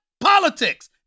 politics